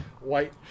White